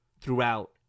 throughout